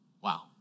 Wow